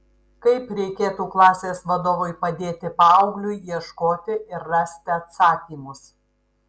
kaip reikėtų klasės vadovui padėti paaugliui ieškoti ir rasti atsakymus